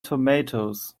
tomatoes